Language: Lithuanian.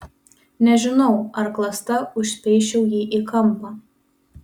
nežinau ar klasta užspeisčiau jį į kampą